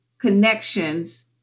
connections